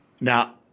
now